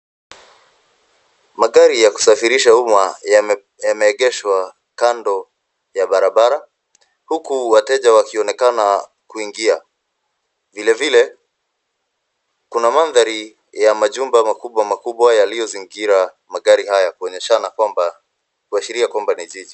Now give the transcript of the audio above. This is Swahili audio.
Magari ya kusafirisha umma yameengeshwa kando ya barabara huku wateja wakionekana kuingia. Vile vile kuna mandhari ya majumba makubwa makubwa yaliyozingira magari haya kuashiria kwamba ni jiji.